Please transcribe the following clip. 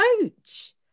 coach